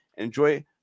Enjoy